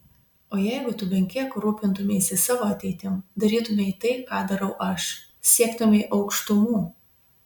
o jeigu tu bent kiek rūpintumeisi savo ateitim darytumei tai ką darau aš siektumei aukštumų